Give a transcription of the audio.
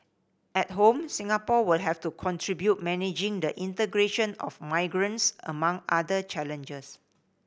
at home Singapore will have to contribute managing the integration of immigrants among other challenges